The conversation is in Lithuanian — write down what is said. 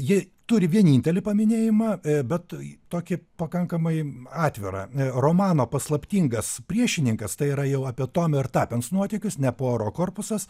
jie turi vienintelį paminėjimą bet tokį pakankamai atvirą romano paslaptingas priešininkas tai yra jau apie tomio ir tapens nuotykius ne puaro korpusas